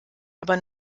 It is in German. aber